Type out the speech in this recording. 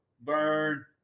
Burn